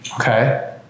okay